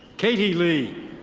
katie lee.